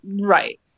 Right